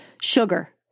Sugar